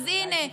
אז הינה,